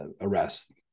arrest